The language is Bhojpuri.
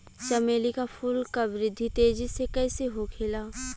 चमेली क फूल क वृद्धि तेजी से कईसे होखेला?